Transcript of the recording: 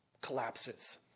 collapses